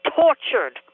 tortured